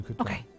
Okay